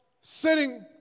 sitting